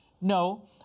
No